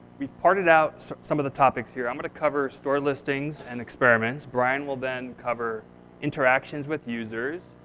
we've parted out some of the topics here. i'm going to cover store listings and experiments, brian will then cover interactions with users,